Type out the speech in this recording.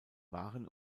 waren